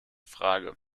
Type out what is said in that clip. frage